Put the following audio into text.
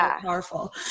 powerful